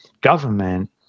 government